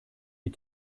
wie